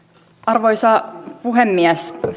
arvoisa puhemies